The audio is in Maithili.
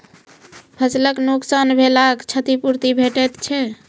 फसलक नुकसान भेलाक क्षतिपूर्ति भेटैत छै?